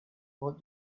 what